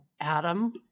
Adam